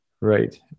Right